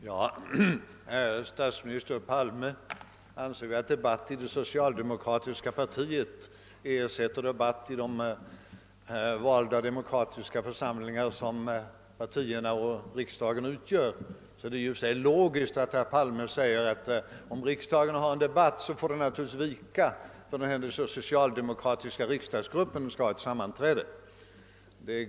Herr talman! Statsminister Palme ansåg att diskussion i skattefrågan i det socialdemokratiska partiet ersätter en debatt i alla de demokratiska församlingar som partierna utgör. Då är det i och för sig konsekvent att herr Palme säger att riksdagens debatt i dag bör vika för den socialdemokratiska riksdagsgruppens sammanträde.